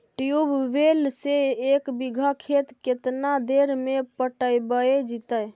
Tubewell से एक बिघा खेत केतना देर में पटैबए जितै?